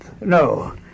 No